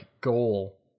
goal